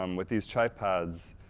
um with these tripods,